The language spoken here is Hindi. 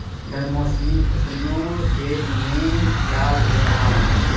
बेमौसमी फसलों से उन्हें लाभ हो रहा है